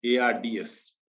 ARDS